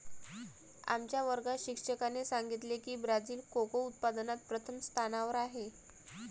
आमच्या वर्गात शिक्षकाने सांगितले की ब्राझील कोको उत्पादनात प्रथम स्थानावर आहे